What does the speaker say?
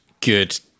good